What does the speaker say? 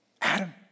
Adam